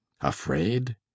afraid